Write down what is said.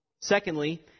Secondly